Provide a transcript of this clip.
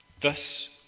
Thus